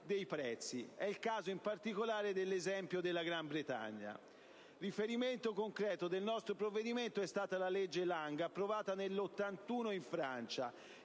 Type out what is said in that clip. dei prezzi: è il caso in particolare della Gran Bretagna. Riferimento concreto del nostro provvedimento è stata la legge Lang approvata nel 1981 in Francia.